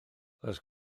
oes